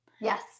Yes